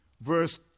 verse